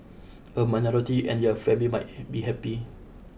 a minority and their family might be happy